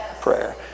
prayer